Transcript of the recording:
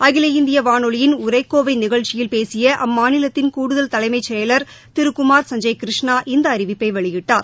அகில இந்திய வானொலியின் உரைக்கோவை நிகழ்ச்சியில் பேசிய அம்மாநிலத்தின் கூடுதல் தலைமைச் செயலர் திரு குமார் சஞ்ஜய் கிருஷ்ணா இந்த அறிவிப்பை வெளியிட்டார்